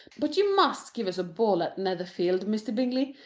but you must give us a ball at netherfield, mr. bingley,